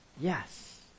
Yes